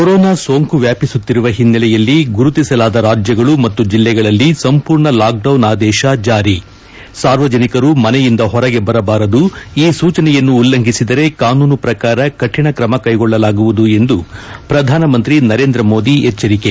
corona ಸೋಂಕು ವ್ಲಾಪಿಸುತ್ತಿರುವ ಹಿನ್ನೆಲೆಯಲ್ಲಿ ಗುರುತಿಸಲಾದ ರಾಜ್ಗಳು ಮತ್ತು ಜಲ್ಲೆಗಳಲ್ಲಿ ಸಂಪೂರ್ಣ ಲಾಕ್ಡೌನ್ ಆದೇಶ ಜಾರಿ ಸಾರ್ವಜನಿಕರು ಮನೆಯಿಂದ ಹೊರಗೆ ಬರಬಾರದು ಈ ಸೂಚನೆಯನ್ನು ಉಲ್ಲಂಘಿಸಿದರೆ ಕಾನೂನು ಪ್ರಕಾರ ಕಠಿಣ ಕ್ರಮ ಕ್ಕೆಗೊಳ್ಳಲಾಗುವುದು ಎಂದು ಪ್ರಧಾನಮಂತ್ರಿ ನರೇಂದ್ರ ಮೋದಿ ಎಚ್ಚರಿಕೆ